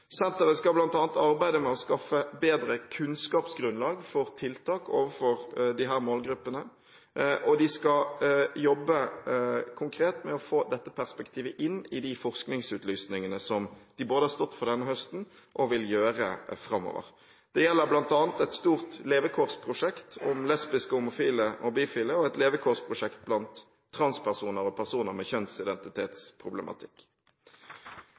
Senteret skal bl.a. arbeide med å skaffe et bedre kunnskapsgrunnlag for tiltak overfor disse målgruppene, og de skal jobbe konkret med å få dette perspektivet inn i de forskningsutlysningene som de har stått for denne høsten, og som de også vil gjøre framover. Det gjelder bl.a. et stort levekårsprosjekt om lesbiske, homofile og bifile og et levekårsprosjekt blant transpersoner og personer med